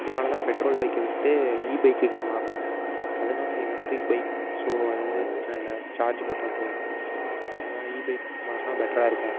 இதனால் தான் பெட்ரோல் பைக்கை விட்டுவிட்டு இபைக்குக்கு மாறினோம் அதுனால் எலெக்ட்ரிக் பைக் ஸோ அது வந்து பிரச்சனை இல்லை சார்ஜு போட்டால் போதும் அதனாலே இபைக்குக்கு மாறினா பெட்டராக இருக்கும்